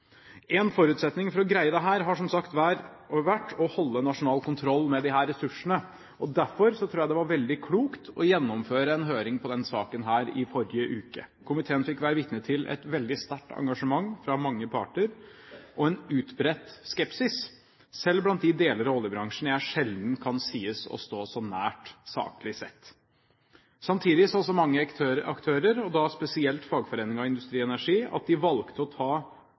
En forutsetning for å greie dette har, som sagt, vært å holde nasjonal kontroll med disse ressursene. Derfor tror jeg det var veldig klokt å gjennomføre en høring om denne saken i forrige uke. Komiteen fikk være vitne til et veldig sterkt engasjement fra mange parter, og en utbredt skepsis, selv i de deler av oljebransjen jeg sjelden kan sies å stå så nært saklig sett. Samtidig sa mange aktører, spesielt fagforeningen Industri Energi, at de valgte å ta